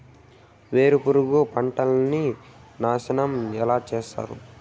వేరుపురుగు పంటలని నాశనం ఎలా చేస్తాయి?